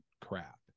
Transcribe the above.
crap